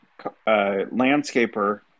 landscaper